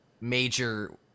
major